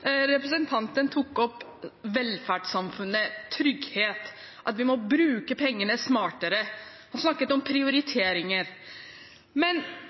Representanten tok opp velferdssamfunnet, trygghet, at vi må bruke pengene smartere. Han snakket om prioriteringer. Men